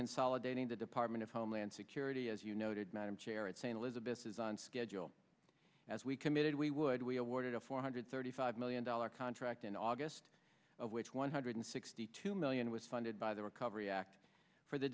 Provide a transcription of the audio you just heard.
consolidating the department of homeland security as you noted madam chair at st elizabeths is on schedule as we committed we would we awarded a four hundred thirty five million dollars contract in august of which one hundred sixty two two million was funded by the recovery act for the